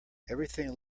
everything